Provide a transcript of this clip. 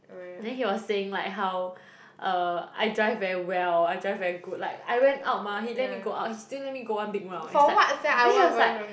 then he was saying like how uh I drive very well I drive very good like I went out mah he let me go out he still let me go one big round eh it's like then he was like